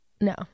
No